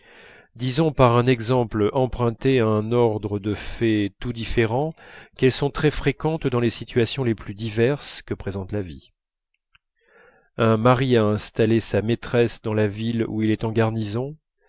disons par un exemple emprunté à un ordre de faits tout différents qu'elles sont très fréquentes dans les situations les plus diverses que présente la vie un mari a installé sa maîtresse dans la ville où il est en garnison